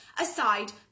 aside